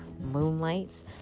moonlights